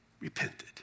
repented